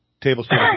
tablespoon